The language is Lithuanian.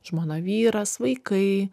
žmona vyras vaikai